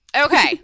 Okay